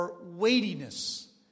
weightiness